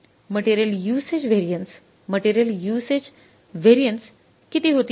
material usage variance material usage व्हॅरियन्सकिती होती